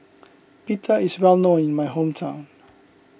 Pita is well known in my hometown